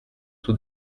tout